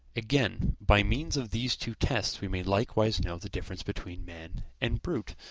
again, by means of these two tests we may likewise know the difference between men and brutes.